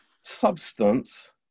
substance